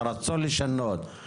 את הרצון לשנות,